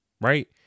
Right